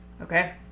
Okay